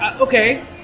okay